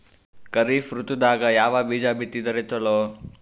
ಖರೀಫ್ ಋತದಾಗ ಯಾವ ಬೀಜ ಬಿತ್ತದರ ಚಲೋ?